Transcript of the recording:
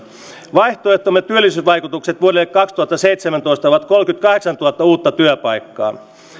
vaihtoehtomme työllisyysvaikutukset vuodelle kaksituhattaseitsemäntoista ovat kolmekymmentäkahdeksantuhatta uutta työpaikkaa